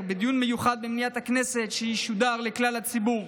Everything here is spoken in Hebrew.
בדיון מיוחד במליאת הכנסת שישודר לכלל הציבור,